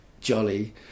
jolly